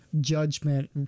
judgment